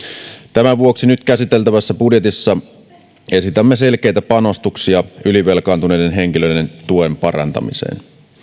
tämän vuoksi nyt käsiteltävässä budjetissa esitämme selkeitä panostuksia ylivelkaantuneiden henkilöiden tuen parantamiseen